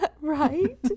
right